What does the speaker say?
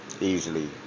easily